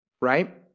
right